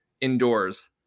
indoors